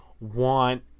want